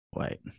wait